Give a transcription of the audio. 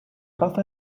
have